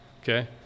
okay